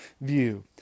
view